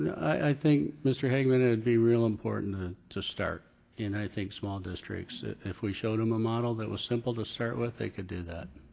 i think, mr. hagman, it'd be real important to start and i think small districts, if we showed them a model that was simple to start with, they could do that.